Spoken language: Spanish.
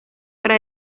para